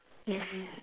yes